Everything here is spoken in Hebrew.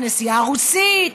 הכנסייה הרוסית,